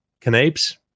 Canapes